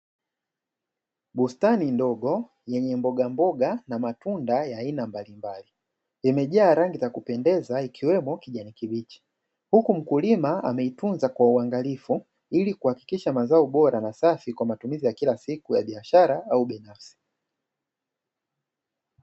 Bustani ndogo yenye mbogamboga na matunda ya aina mbalimbali imejaa rangi za kupendeza, ikiwemo kijani kibichi huku mkulima ameitunza kwa uangalifu ili kuhakikisha mazao bola na safi kwa matumizi ya kila siku ya biashara au binafsi.